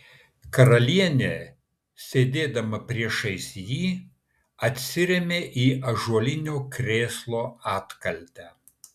karalienė sėdėdama priešais jį atsirėmė į ąžuolinio krėslo atkaltę